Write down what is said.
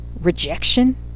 rejection